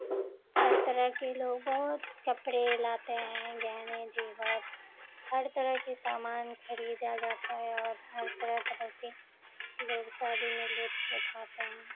ہر طرح کے لوگ بہت کپڑے لاتے ہیں گہنے زیور ھر ہر طرح کے سامان خریدا جاتا ہے اور ہر طرح طرح سے لوگ شادی میں لطف اٹھاتے ہیں